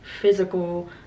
physical